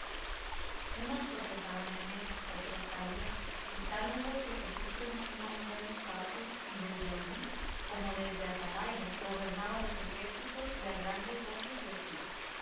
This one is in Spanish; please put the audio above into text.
unos tropezaban en él otros caían y tal hubo que se puso encima un buen espacio y desde allí como desde atalaya gobernaba los ejércitos y a grandes voces decía